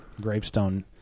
gravestone